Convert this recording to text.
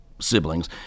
siblings